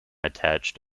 attached